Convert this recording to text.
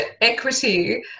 equity